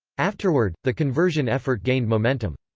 afterward, the conversion effort gained momentum.